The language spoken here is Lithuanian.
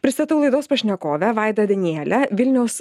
pristatau laidos pašnekovę vaidą danielę vilniaus